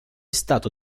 stato